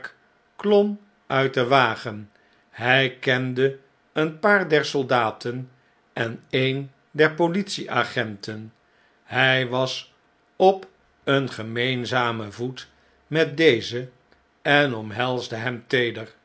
uit den wagen hij kende een paar der soldaten en een der politie-agenten hjj was op een gemeenzamen voet met dezen en omhelsde hem